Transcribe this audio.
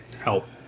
help